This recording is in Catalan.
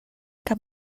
cap